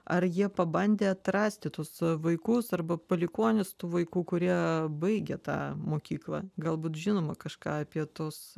ar jie pabandė atrasti tuos vaikus arba palikuonis tų vaikų kurie baigė tą mokyklą galbūt žinoma kažką apie tuos